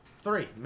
three